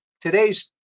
today's